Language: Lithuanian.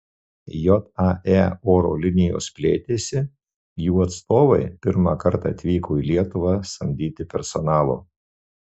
jae oro linijos plėtėsi jų atstovai pirmą kartą atvyko į lietuvą samdyti personalo